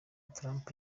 trump